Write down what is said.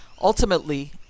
ultimately